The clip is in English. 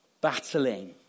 battling